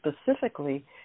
specifically